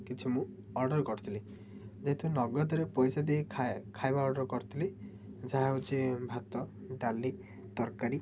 କିଛି ମୁଁ ଅର୍ଡ଼ର୍ କରିଥିଲି ଯେହେତୁ ନଗଦ ରେ ପଇସା ଦେଇ ଖାଏ ଖାଇବା ଅର୍ଡ଼ର୍ କରିଥିଲି ଯାହା ହେଉଛି ଭାତ ଡାଲି ତରକାରୀ